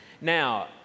Now